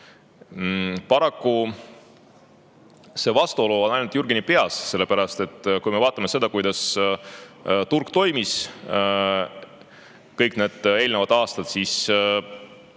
Paraku see vastuolu on ainult Jürgeni peas, sellepärast et kui me vaatame, kuidas turg toimis kõik need eelnevad aastad, siis